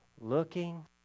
looking